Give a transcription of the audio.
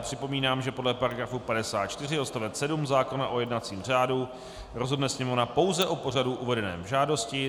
Připomínám, že podle § 54 odst. 7 zákona o jednacím řádu rozhodne Sněmovna pouze o pořadu uvedeném v žádosti.